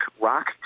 rock